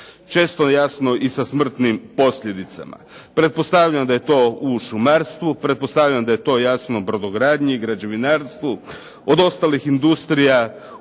Često jasno i sa smrtnim posljedicama. Pretpostavljam da je to u šumarstvu, pretpostavljam da je to jasno u brodogradnji, građevinarstvu, od ostalih industrija